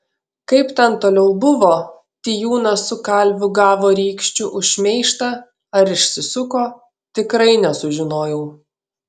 kaip ten toliau buvo tijūnas su kalviu gavo rykščių už šmeižtą ar išsisuko tikrai nesužinojau